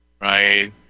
right